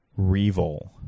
Revol